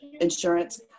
insurance